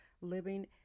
living